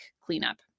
cleanup